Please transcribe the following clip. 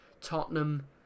Tottenham